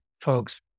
folks